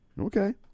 Okay